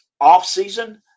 off-season